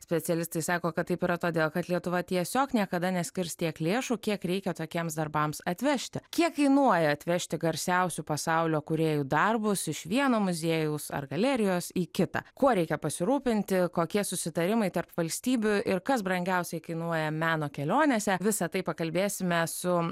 specialistai sako kad taip yra todėl kad lietuva tiesiog niekada neskirs tiek lėšų kiek reikia tokiems darbams atvežti kiek kainuoja atvežti garsiausių pasaulio kūrėjų darbus iš vieno muziejaus ar galerijos į kitą kuo reikia pasirūpinti kokie susitarimai tarp valstybių ir kas brangiausiai kainuoja meno kelionėse visą tai pakalbėsime su